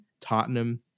Tottenham